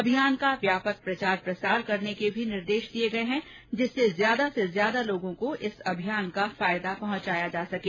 अभियान का व्यापक प्रचार प्रसार करने के भी निर्देश दिये गये हैं जिससे ज्यादा से ज्यादा लोगों को इस अभियान का फायदा पहुंचाया जा सके